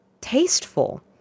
tasteful